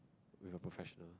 with a professional